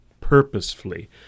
purposefully